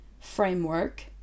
framework